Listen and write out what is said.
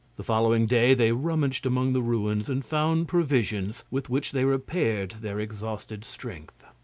the following day they rummaged among the ruins and found provisions, with which they repaired their exhausted strength.